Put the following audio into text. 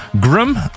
Grum